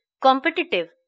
competitive